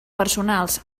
personals